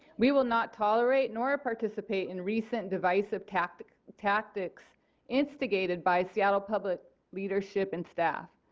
we will not tolerate nor participate in recent divisive tactics tactics instigated by seattle public leadership and staff.